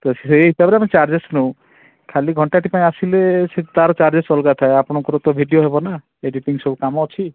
ତ ସେଇ ହିସାବରେ ଆମେ ଚାର୍ଜେସ୍ ନେଉ ଖାଲି ଘଣ୍ଟାଟେ ପାଇଁ ଆସିଲେ ସେ ତା'ର ଚାର୍ଜେସ୍ ଅଲଗା ଥାଏ ଆପଣଙ୍କର ତ ଭିଡ଼ିଓ ହେବ ନା ଏଡ଼ିଟିଂ ସବୁ କାମ ଅଛି